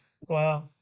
wow